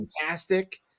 fantastic